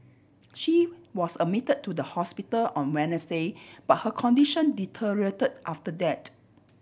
she was admit to the hospital on Wednesday but her condition deteriorate after that